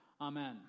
amen